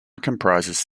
comprises